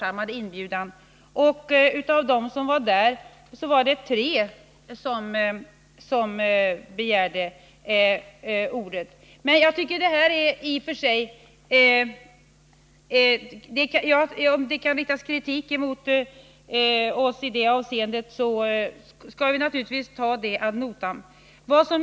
Av de kvinnoorganisationer som var representerade var det tre som uttalade sig genom sina representanter. Kan det riktas kritik mot oss i detta avseende, skall vi naturligtvis ta kritiken ad notam.